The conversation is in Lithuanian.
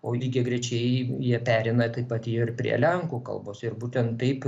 o lygiagrečiai jie pereina taip pat yra ir prie lenkų kalbos ir būtent taip